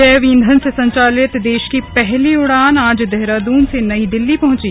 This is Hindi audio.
जैव ईंधन से संचालित देश की पहली उड़ान आज देहरादून से नई दिल्ली पहुंची